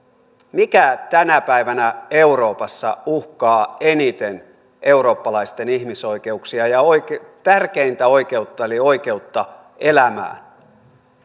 mikä tänä päivänä euroopassa uhkaa eniten eurooppalaisten ihmisoikeuksia ja tärkeintä oikeutta eli oikeutta elämään